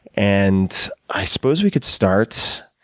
and i suppose we could start,